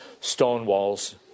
Stonewall's